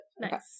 Nice